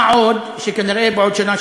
מה גם שכנראה בעוד שנה,